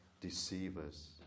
deceivers